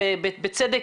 בצדק,